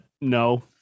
no